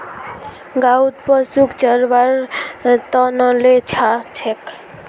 गाँउत पशुक चरव्वार त न ले जा छेक